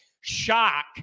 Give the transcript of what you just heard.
shock